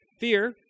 Fear